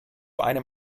einem